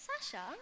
Sasha